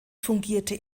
fungierte